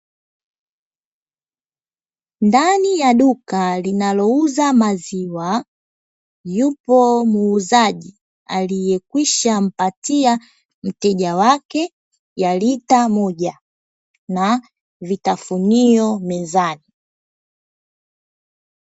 Ndani ya duka linalouza maziwa yupo muuzaji aliyekwishaa mpatia mteja wake maziwa ya lita moja na vitafunio mezani.